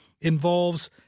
involves